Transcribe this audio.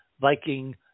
Viking